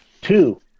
Two